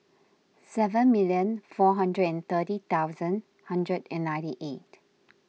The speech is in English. seven million four hundred and thirty thousand hundred and ninety eight